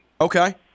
Okay